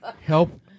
Help